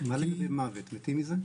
מתים מזה?